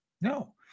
No